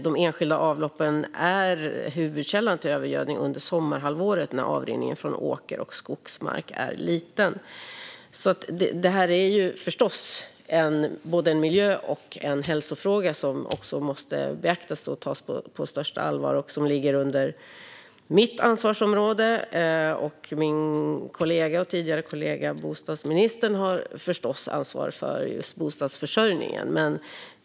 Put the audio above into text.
De enskilda avloppen är huvudkällan till övergödning under sommarhalvåret när avrinningen från åker och skogsmark är liten. Det är förstås både en miljö och hälsofråga som måste beaktas och tas på största allvar. Det ligger under mitt ansvarsområde. Min kollega, och tidigare kollega, bostadsministern har ansvar för bostadsförsörjningen.